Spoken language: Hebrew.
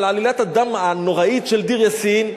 על עלילת הדם הנוראית של דיר-יאסין,